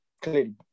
clearly